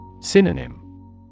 Synonym